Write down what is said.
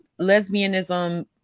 lesbianism